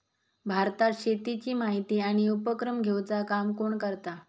भारतात शेतीची माहिती आणि उपक्रम घेवचा काम कोण करता?